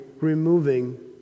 removing